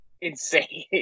insane